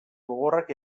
gogorrak